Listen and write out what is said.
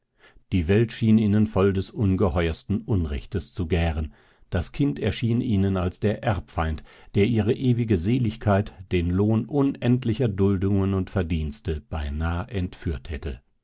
die welt schien ihnen voll des ungeheuersten unrechtes zu gären das kind erschien ihnen als der erbfeind der ihre ewige seligkeit den lohn unendlicher duldungen und verdienste beinah entführt hätte